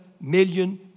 million